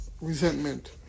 resentment